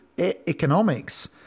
economics